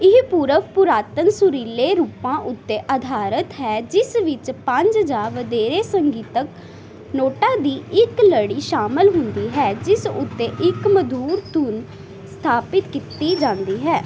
ਇਹ ਪੂਰਵ ਪੁਰਾਤਨ ਸੁਰੀਲੇ ਰੂਪਾਂ ਉੱਤੇ ਅਧਾਰਿਤ ਹੈ ਜਿਸ ਵਿੱਚ ਪੰਜ ਜਾਂ ਵਧੇਰੇ ਸੰਗੀਤਕ ਨੋਟਾਂ ਦੀ ਇੱਕ ਲੜੀ ਸ਼ਾਮਲ ਹੁੰਦੀ ਹੈ ਜਿਸ ਉੱਤੇ ਇੱਕ ਮਧੁਰ ਧੁਨ ਸਥਾਪਿਤ ਕੀਤੀ ਜਾਂਦੀ ਹੈ